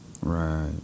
Right